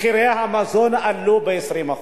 מחירי המזון עלו ב-20%.